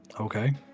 Okay